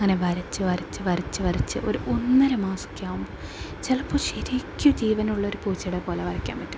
അങ്ങനെ വരച്ച് വരച്ച് വരച്ച് വരച്ച് ഒര് ഒന്നര മാസമൊക്കെ ആകുമ്പോൾ ചിലപ്പോൾ ശരിക്കും ജീവനുള്ള ഒരു പൂച്ചയുടെ പോലെ വരയ്ക്കാൻ പറ്റും